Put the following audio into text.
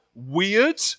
Weird